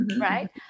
right